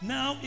Now